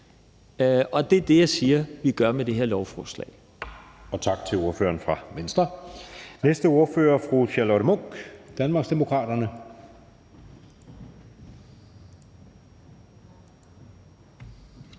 og det er det, jeg siger vi gør med det her lovforslag.